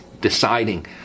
deciding